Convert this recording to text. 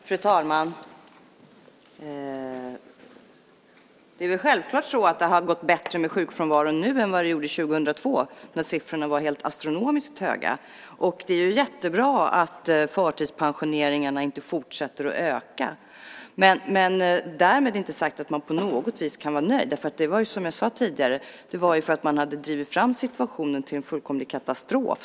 Fru talman! Självklart har det gått bättre med sjukfrånvaron nu än det gjorde år 2002 när siffrorna var astronomiskt höga. Det är jättebra att förtidspensioneringarna inte fortsätter att öka, men därmed inte sagt att man på något vis kan vara nöjd. Som jag sade tidigare hade man ju drivit situationen till en fullkomlig katastrof.